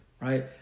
right